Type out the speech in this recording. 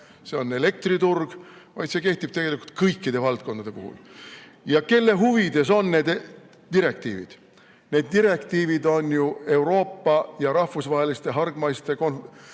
see on elektriturg, vaid see kehtib tegelikult kõikide valdkondade puhul. Ja kelle huvides on need direktiivid? Need direktiivid on ju Euroopa ja rahvusvaheliste hargmaiste